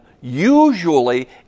Usually